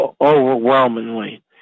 overwhelmingly